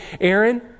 Aaron